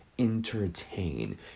entertain